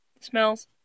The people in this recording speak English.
Smells